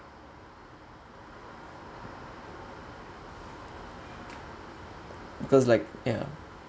because like ya